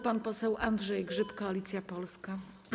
Pan poseł Andrzej Grzyb, Koalicja Polska.